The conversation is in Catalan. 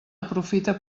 aprofita